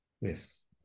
Yes